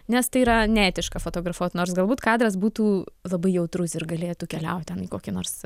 nes tai yra neetiška fotografuot nors galbūt kadras būtų labai jautrus ir galėtų keliaut ten kokią nors